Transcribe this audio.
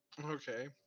Okay